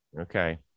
okay